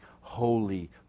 holy